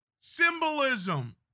symbolism